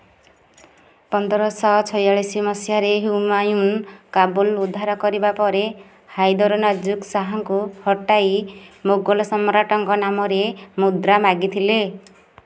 ପନ୍ଦର ଶହ ଛୟାଳିଶ ମସିହାରେ ହୁମାୟୁନ କାବୁଲ ଉଦ୍ଧାର କରିବା ପରେ ହାଇଦର ନାଜୁକ ଶାହାଙ୍କୁ ହଟାଇ ମୋଗଲ ସମ୍ରାଟଙ୍କ ନାମରେ ମୁଦ୍ରା ମାଗିଥିଲେ